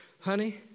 honey